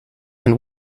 and